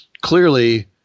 clearly